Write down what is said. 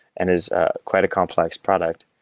and is ah quite a complex product.